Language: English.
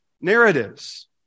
narratives